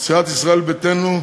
לסיעת ישראל ביתנו,